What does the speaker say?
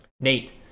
Nate